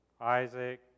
Isaac